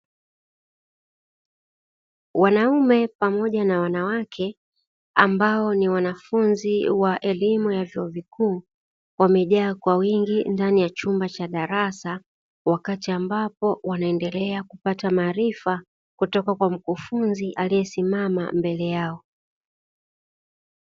Wanaume pamoja na wanawake ambao ni wanafunzi wa elimu ya vyuo vikuu, wamejaa kwa wingi ndani ya chumba cha darasa, wakati ambapo wanaendelea kupata maarifa kutoka kwa mkufunzi aliyesimama mbele yao.